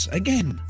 again